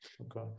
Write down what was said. Okay